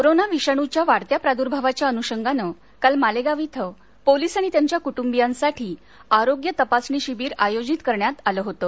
corona विषाणूच्या वाढत्या प्रादुर्भावाच्या अनुषगानं काल मालेगाव इथे पोलीस आणि त्यांच्या कुटुंबियांसाठी आरोग्य तपासणी शिविर आयोजित करण्यात आलं होतं